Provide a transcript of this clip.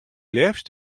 leafst